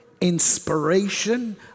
inspiration